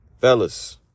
Fellas